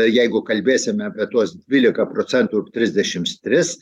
jeigu kalbėsime apie tuos dvylika procentų trisdešims tris